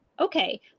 okay